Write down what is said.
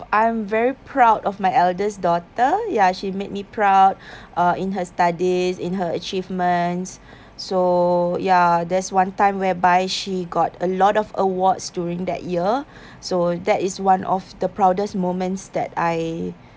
I'm very proud of my eldest daughter ya she made me proud uh in her studies in her achievements so ya there's one time whereby she got a lot of awards during that year so that is one of the proudest moments that I